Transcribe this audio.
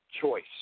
choice